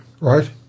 right